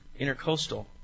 intercoastal